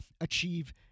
achieve